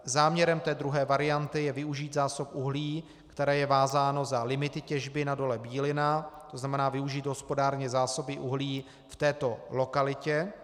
Záměrem druhé varianty je využít zásob uhlí, které je vázáno za limity těžby na dole Bílina, to znamená využít hospodárně zásoby uhlí v této lokalitě.